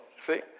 See